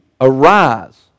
arise